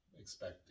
expect